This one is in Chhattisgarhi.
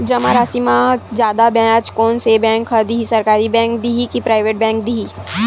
जमा राशि म जादा ब्याज कोन से बैंक ह दे ही, सरकारी बैंक दे हि कि प्राइवेट बैंक देहि?